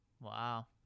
Wow